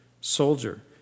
soldier